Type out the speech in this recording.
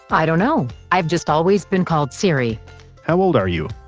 i don't know? i've just always been called siri how old are you?